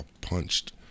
punched